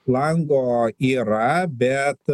flango yra bet